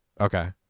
Okay